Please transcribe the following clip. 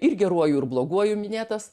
ir geruoju ir bloguoju minėtas